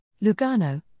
Lugano